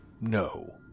No